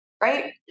right